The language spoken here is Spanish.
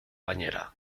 bañera